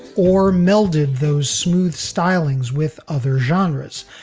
or melded those smooth stylings with other genres,